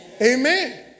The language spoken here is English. Amen